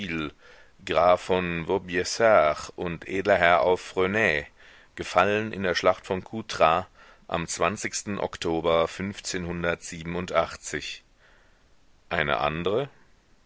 von vaubyessard und edler herr auf fresnaye gefallen in der schlacht von coutras am oktober eine andre